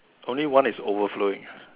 only one is overflowing